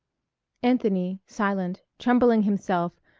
anthony, silent, trembling himself,